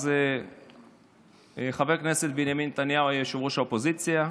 אז חבר הכנסת בנימין נתניהו היה ראש האופוזיציה,